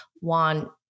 want